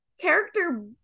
Character